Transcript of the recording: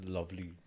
Lovely